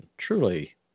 truly